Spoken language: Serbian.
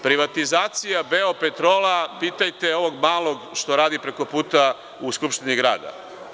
Privatizacija „Beopetrola“, pitajte ovog Malog što radi preko puta u Skupštini grada.